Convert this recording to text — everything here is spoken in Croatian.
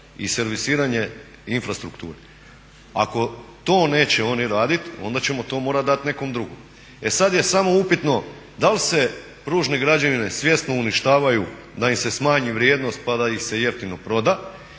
i servisiranje infrastrukture. Ako to neće oni raditi onda ćemo morati to dati nekom drugom. E sada je upitno da li se pružne građevine svjesno uništavaju da im se smanji vrijednost pa da ih se jeftino proda